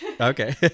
Okay